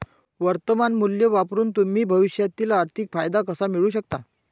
वर्तमान मूल्य वापरून तुम्ही भविष्यातील आर्थिक फायदा कसा मिळवू शकता?